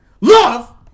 love